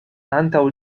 antaŭ